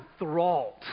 enthralled